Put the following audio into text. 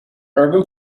urban